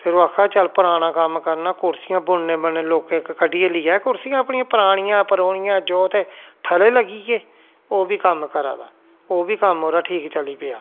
फिर ओह् आक्खा दा चल पराना कम्म करना कुर्सियां बुनने बनने लोकें कढियै लेई आए कुर्सियां अपनियां परानिया परूनियां जो ते ठल्ले लग्गी गै ओह् बी कम्म करा दा ओह् बी कम्म ओह्दा ठीक चली पेआ